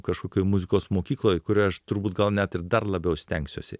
kažkokioj muzikos mokykloj kurią aš turbūt gal net ir dar labiau stengsiuosi